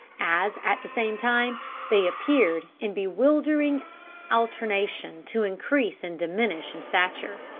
as at the same time they appeared in bewildering alternation to increase and diminish in stature.